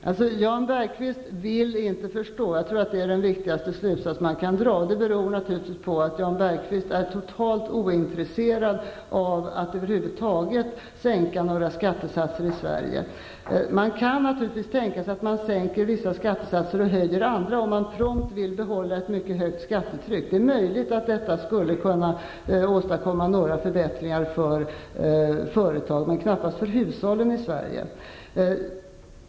Herr talman! Jag tror att den viktigaste slutsatsen man kan dra här är att Jan Bergqvist inte vill förstå. Det beror naturligtvis på att Jan Bergqvist är totalt ointresserad av att över huvud taget sänka några skattesatser i Sverige. Det går naturligtvis att tänka sig att sänka vissa skattesatser och höja några andra -- om man promt vill behålla ett högt skattetryck. Det är möjligt att det skulle åstadkomma några förbättringar för företag, men knappast för hushållen i Sverige.